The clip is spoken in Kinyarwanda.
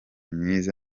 myiza